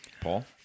paul